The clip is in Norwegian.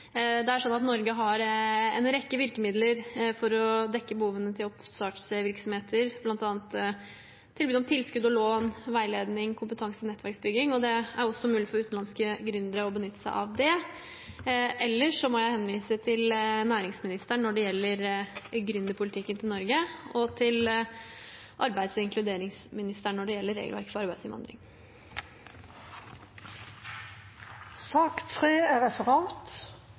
Det er sånn at Norge har en rekke virkemidler for å dekke behovene til oppstartsvirksomheter, bl.a. tilbud om tilskudd og lån, veiledning og kompetansenettverksbygging, og det er også mulig for utenlandske gründere å benytte seg av det. Ellers må jeg henvise til næringsministeren når det gjelder gründerpolitikken til Norge, og til arbeids- og inkluderingsministeren når det gjelder regelverk for arbeidsinnvandring. Den ordinære spørretimen er dermed omme. Det foreligger ikke noe referat.